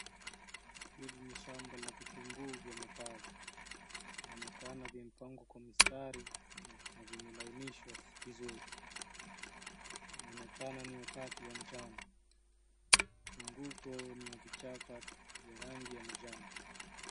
Hili ni shamba la vitunguu vya matawi. Vinaonekana vimepangwa kwa mistari na vimelainishwa vizuri. Inaonekana ni wakati wa mchana. Mzunguko ni wa vichaka vya rangi ya manjano.